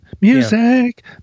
Music